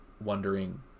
wondering